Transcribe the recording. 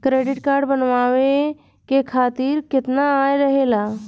Credit card बनवाए के खातिर केतना आय रहेला?